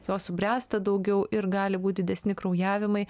jo subręsta daugiau ir gali būt didesni kraujavimai